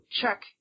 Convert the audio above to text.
check